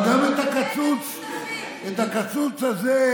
אבל גם את הקצוץ הזה,